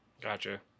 Gotcha